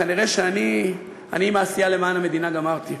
כנראה שאני עם העשייה למען המדינה גמרתי.